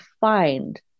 find